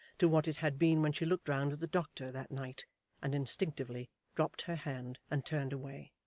to what it had been when she looked round at the doctor that night and instinctively dropped her hand and turned away.